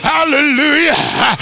Hallelujah